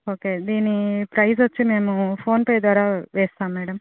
okay దీని price వచ్చి మేము ఫోన్పే ద్వారా వేస్తాం మేడం